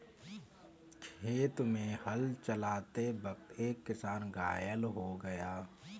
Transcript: खेत में हल चलाते वक्त एक किसान घायल हो गया